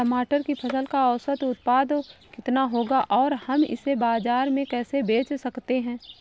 टमाटर की फसल का औसत उत्पादन कितना होगा और हम इसे बाजार में कैसे बेच सकते हैं?